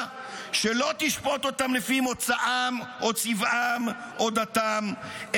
שלא תשפוט אותם לפי מוצאם או צבעם או דתם,